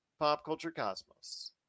Popculturecosmos